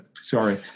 sorry